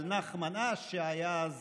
על נחמן אש, שהיה אז